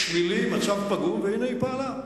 שלילי, מצב פגום, והנה היא פעלה?